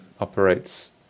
operates